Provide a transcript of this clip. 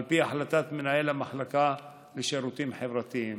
על פי החלטת מנהל המחלקה לשירותים חברתיים.